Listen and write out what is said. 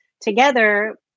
together